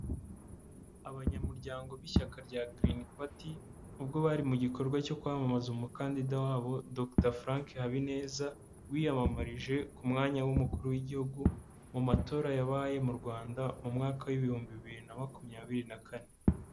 Abanyamuryango b'ishyaka rya girini pati ubwo bari mu gikorwa cyo kwamamaza umukandida wabo dokita Frank Habineza wiyamamarije ku mwanya w'umukuru w'igihugu mu matora yabaye mu Rwanda mu mwaka w'ibihumbi bibiri na makumyabiri na kane.